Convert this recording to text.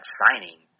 signing